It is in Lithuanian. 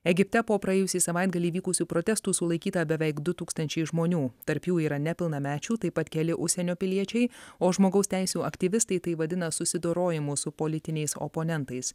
egipte po praėjusį savaitgalį vykusių protestų sulaikyta beveik du tūkstančiai žmonių tarp jų yra nepilnamečių taip pat keli užsienio piliečiai o žmogaus teisių aktyvistai tai vadina susidorojimu su politiniais oponentais